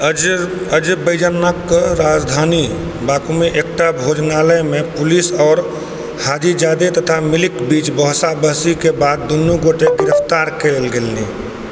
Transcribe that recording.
अजरबैजानके राजधानी बाकूमे एकटा भोजनालयमे पुलिस आओर हाजीजादे तथा मिल्लीके बीच बहसा बहसीके बाद दुनू गोटेके गिरफ्तार कऽ लेल गेलनि